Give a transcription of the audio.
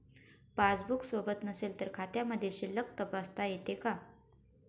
Passbook सोबत नसेल तर खात्यामधील शिल्लक तपासता येते का?